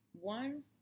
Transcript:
one